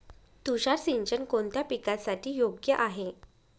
तुषार सिंचन कोणत्या पिकासाठी योग्य आहे?